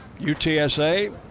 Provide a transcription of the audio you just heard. UTSA